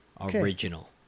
Original